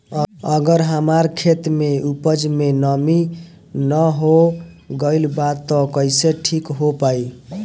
अगर हमार खेत में उपज में नमी न हो गइल बा त कइसे ठीक हो पाई?